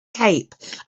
cape